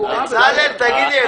בצלאל תגיד לי,